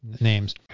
names